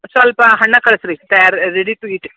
ಸ್ವಲ್ಪ ಹಣ್ಣೇ ಕಳ್ಸಿ ರೀ ತಯಾರು ರೆಡಿ ಟು ಈಟ್